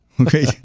Okay